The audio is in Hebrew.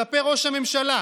כלפי ראש הממשלה,